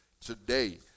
today